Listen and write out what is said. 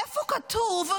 איפה כתוב,